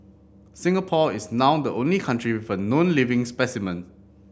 Singapore is now the only country with a known living specimen